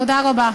תודה רבה.